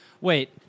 Wait